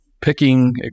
picking